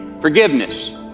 forgiveness